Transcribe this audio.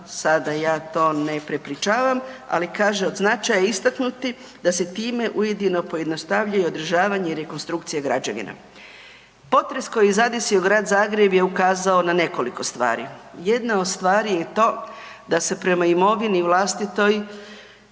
sada ja to ne prepričavam, ali kaže od značaja je istaknuti da se time ujedno pojednostavljuje i održavanje i rekonstrukcija građevina. Potres koji je zadesio Grad Zagreb je ukazao na nekoliko stvari. Jedna od stvari je to da se prema imovini vlastitoj,